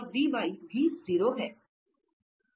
तो 0 है और भी 0 है